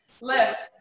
lift